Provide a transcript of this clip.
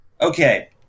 Okay